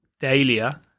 Dahlia